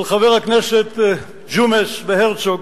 של חברי הכנסת ג'ומס והרצוג,